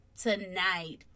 tonight